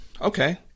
okay